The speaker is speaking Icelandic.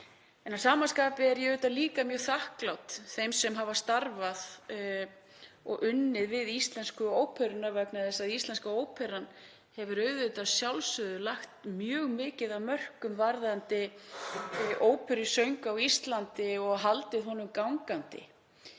Að sama skapi er ég líka mjög þakklát þeim sem hafa starfað og unnið við Íslensku óperuna vegna þess að Íslenska óperan hefur að sjálfsögðu lagt mjög mikið af mörkum varðandi óperusöng á Íslandi og haldið honum gangandi.